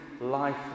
life